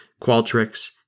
Qualtrics